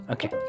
Okay